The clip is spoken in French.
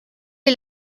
est